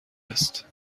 است